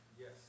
Yes